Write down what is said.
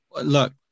Look